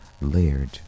layered